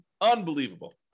Unbelievable